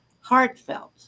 Heartfelt